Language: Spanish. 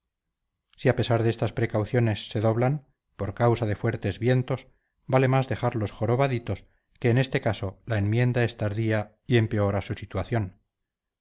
si a pesar de estas precauciones se doblan por causa de fuertes vientos vale más dejarlos jorobaditos que en este caso la enmienda es tardía y empeora su situación